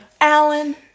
Alan